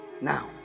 now